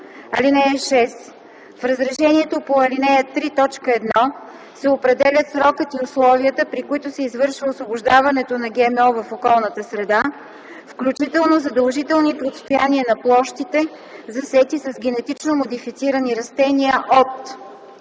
„(6) В разрешението по ал. 3, т. 1 се определят срокът и условията, при които се извършва освобождаването на ГМО в околната среда, включително задължителните отстояния на площите, засети с генетично модифицирани растения от: